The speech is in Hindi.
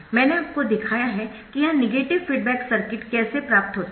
मैंने आपको दिखाया है कि यह नेगेटिव फीडबैक सर्किट कैसे प्राप्त होता है